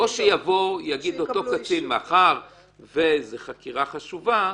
או שיגיד אותו קצין שזו חקירה חשובה,